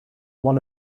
one